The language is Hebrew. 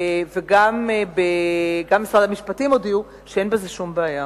וגם משרד המשפטים הודיעו, שאין בזה שום בעיה.